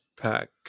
pack